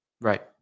Right